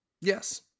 Yes